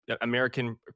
American